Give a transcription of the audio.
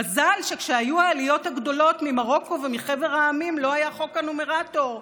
מזל שכשהיו העליות הגדולות ממרוקו ומחבר המדינות לא היה חוק הנומרטור,